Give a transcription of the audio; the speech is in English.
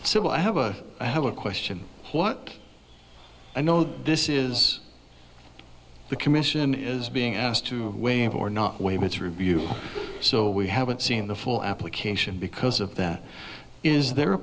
will i have a i have a question what i know this is the commission is being asked to waive or not waive its review so we haven't seen the full application because of that is there a